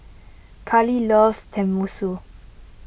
Kali loves Tenmusu